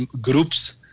groups